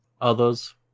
others